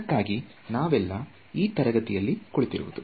ಇದಕ್ಕಾಗಿ ನಾವೆಲ್ಲ ಈ ತರಗತಿಯಲ್ಲಿ ಕುಳಿತಿರುವುದು